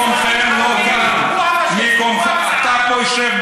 שר שקורא להחרמת אזרחים ערבים הוא הפאשיסט,